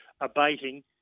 abating